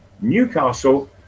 Newcastle